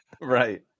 right